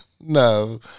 No